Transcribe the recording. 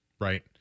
right